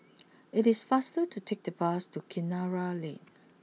it is faster to take the bus to Kinara Lane